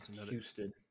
houston